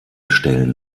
stellen